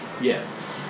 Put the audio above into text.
Yes